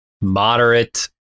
Moderate